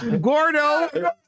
Gordo